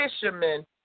fishermen